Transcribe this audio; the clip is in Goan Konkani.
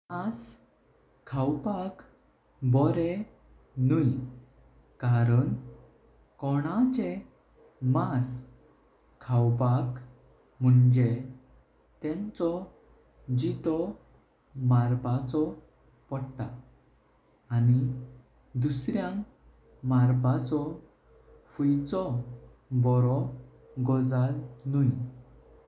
मास खातपाक बोरें नुई कारण कोणाचें मास खातपाक मुञें तेंचो जीतो। मारचो पोट आनि दुसऱ्यांग माऱपाचो फुईचो बोरि गोजाल नुई।